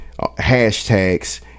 hashtags